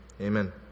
amen